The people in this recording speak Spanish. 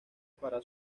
para